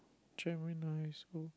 very nice who